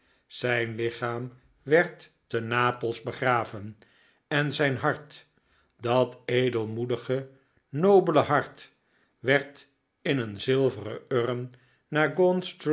zijn lichaam werd te napels begraven en zijn hart dat edelmoedige nobele hart werd in een zilveren urn naar